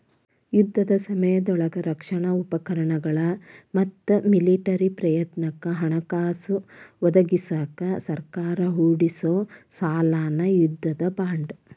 ಯುದ್ಧದ ಸಮಯದೊಳಗ ರಕ್ಷಣಾ ಉಪಕ್ರಮಗಳ ಮತ್ತ ಮಿಲಿಟರಿ ಪ್ರಯತ್ನಕ್ಕ ಹಣಕಾಸ ಒದಗಿಸಕ ಸರ್ಕಾರ ಹೊರಡಿಸೊ ಸಾಲನ ಯುದ್ಧದ ಬಾಂಡ್